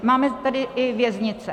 Máme tady i věznice.